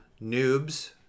noobs